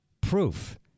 proof